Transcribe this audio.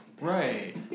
right